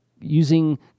using